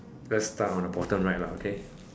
let's start on the bottom right lah okay